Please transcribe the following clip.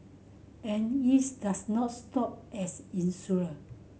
and is does not stop as insurer